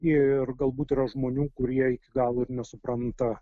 ir galbūt yra žmonių kurie iki galo ir nesupranta